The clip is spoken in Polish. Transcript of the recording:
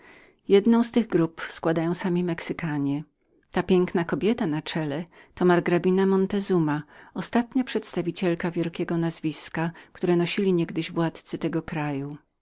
jedno z tych gron składają sami mexykanie ta piękna kobieta na czele jestto margrabina montezuma ostatnia tego wielkiego nazwiska które nosili niegdyś władcy tego kraju